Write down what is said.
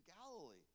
Galilee